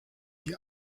die